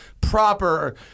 proper